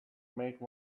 make